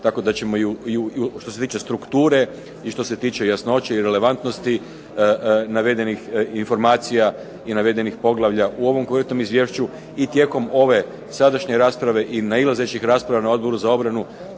tako da ćemo što se tiče strukture i što se tiče jasnoće i relevantnosti navedenih informacija i navedenih poglavlja u ovom .../Govornik se ne razumije./... izvješću i tijekom ove sadašnje rasprave i nailazećih rasprava na Odboru za obranu.